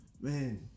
man